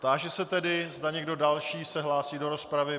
Táži se tedy, zda se někdo další hlásí do rozpravy.